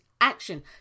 action